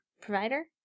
Provider